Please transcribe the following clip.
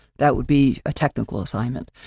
that would be a technical assignment.